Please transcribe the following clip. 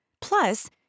Plus